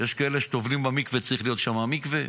יש כאלה שטובלים במקווה וצריך להיות שם מקווה,